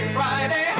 Friday